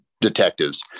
detectives